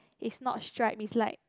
is not striped is like